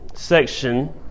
section